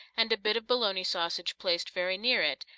and a bit of bologna sausage placed very near it,